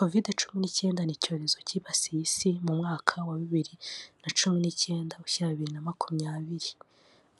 Covid-19 ni icyorezo cyibasiye isi mu mwaka wa 2019 ushyira 2020,